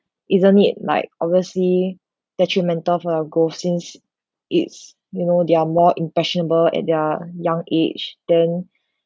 isn't it like obviously detrimental for our goal since it's you know they're more impressionable at their young age then